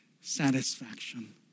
satisfaction